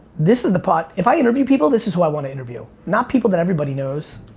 this is the pod, if i interview people, this is who i want to interview. not people that everybody knows.